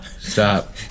stop